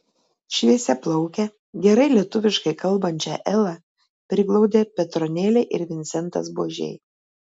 šviesiaplaukę gerai lietuviškai kalbančią elą priglaudė petronėlė ir vincentas buožiai